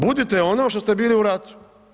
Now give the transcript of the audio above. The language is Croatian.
Budite ono što ste bili u ratu.